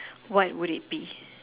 what would it be